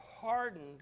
hardened